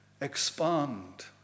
expand